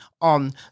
on